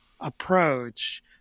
approach